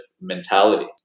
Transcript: mentality